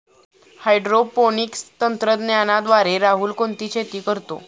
Hydroponics तंत्रज्ञानाद्वारे राहुल कोणती शेती करतो?